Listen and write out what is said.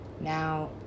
Now